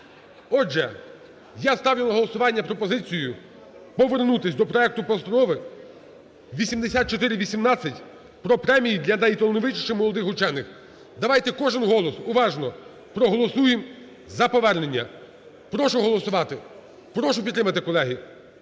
Отже, я ставлю на голосування пропозицію повернутись до проекту Постанови 8418 про премії для найталановитіших молодих учених. Давайте, кожен голос, уважно проголосуємо за повернення. Прошу голосувати. Прошу підтримати, колеги.